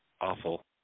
Awful